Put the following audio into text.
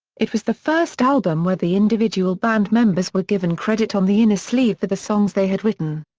it was the first album where the individual band members were given credit on the inner sleeve for the songs they had written.